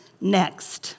next